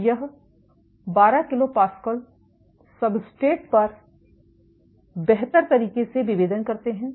यह 12 kPa substrate पर बेहतर तरीके से विभेदन करते हैं